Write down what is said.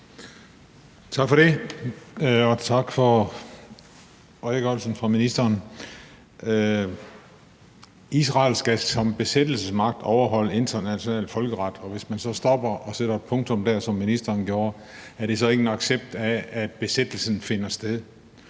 Tak for det, og tak for redegørelsen fra ministeren. Israel skal som besættelsesmagt overholde international folkeret, og hvis man så stopper og sætter et punktum der, som ministeren gjorde, er det så ikke en accept af, at besættelsen finder sted?